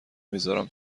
میذارم